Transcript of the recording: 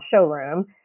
showroom